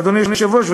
אדוני היושב-ראש,